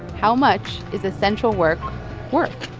how much is essential work worth?